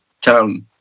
town